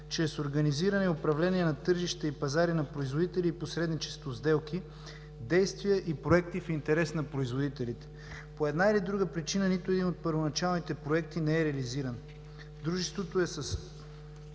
чрез организиране и управление на тържища и пазари на производители и посредничество в сделки, действия и проекти в интерес на производителите. По една или друга причина нито един от първоначалните проекти не е реализиран. Дружеството е с